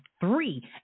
three